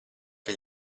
che